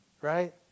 Right